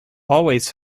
always